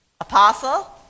Apostle